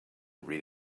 read